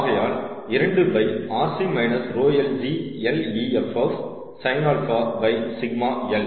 ஆகையால் 2rc 𝜌l g Leff sin α 𝜎l